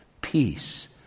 peace